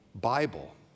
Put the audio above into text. Bible